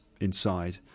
inside